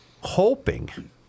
hoping